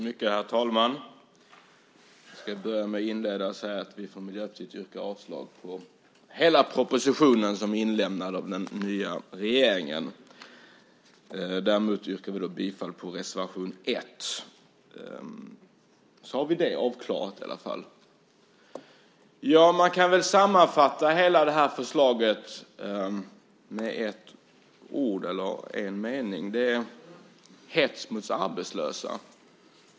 Herr talman! Jag ska inleda med att säga att jag för Miljöpartiet yrkar avslag på hela den proposition som är inlämnad av den nya regeringen. Däremot yrkar jag bifall till reservation 1. Man kan väl sammanfatta hela det här förslaget med en mening: Hets mot arbetslösa.